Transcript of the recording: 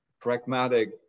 pragmatic